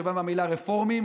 שבאה מהמילה "רפורמים",